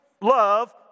love